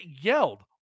yelled